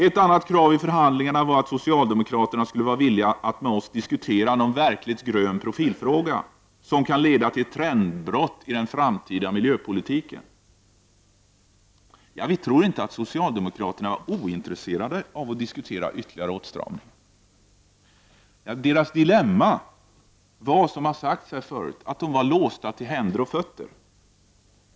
Ett annat krav i förhandlingarna var att socialdemokraterna skulle vara villiga att med oss diskutera någon fråga med verkligt grön profil som kan leda till trendbrott i den framtida miljöpolitiken. Vi tror inte att socialdemokraterna var ointresserade av att diskutera ytterligare åtstramning. Deras dilemma var att de, som sagts här tidigare, var låsta till händer och fötter.